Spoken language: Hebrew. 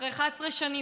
אחרי 11 שנים,